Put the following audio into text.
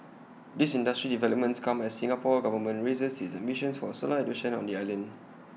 these industry developments come as the Singapore Government raises its ambitions for solar adoption on the island